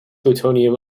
plutonium